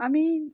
আমি